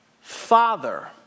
father